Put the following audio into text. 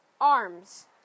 arms